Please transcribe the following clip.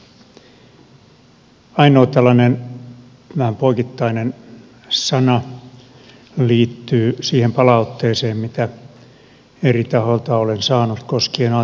ainoa tällainen vähän poikittainen sana liittyy siihen palautteeseen mitä eri tahoilta olen saanut koskien atk palveluja